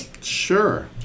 sure